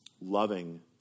loving